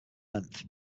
length